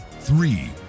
Three